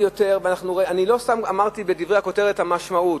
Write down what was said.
ולא סתם אמרתי בכותרת את המשמעות,